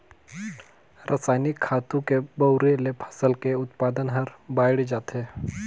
रसायनिक खातू के बउरे ले फसल के उत्पादन हर बायड़ जाथे